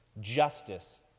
justice